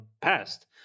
past